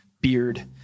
beard